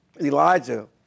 Elijah